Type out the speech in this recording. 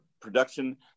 production